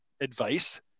advice